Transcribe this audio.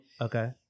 Okay